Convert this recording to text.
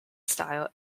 style